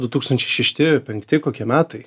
du tūkstančiai šešti penkti kokie metai